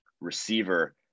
receiver